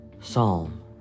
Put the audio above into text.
Psalm